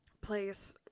place